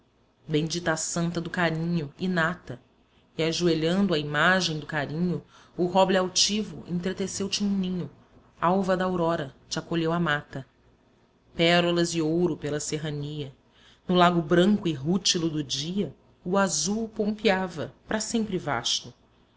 bendita a santa do carinho inata e ajoelhando à imagem do carinho o roble altivo entreteceu te um ninho alva daurora te acolheu a mata pérolas e ouro pela serrania no lago branco e rútilo do dia o azul pompeava para sempre vasto